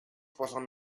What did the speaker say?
posen